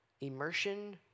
Immersion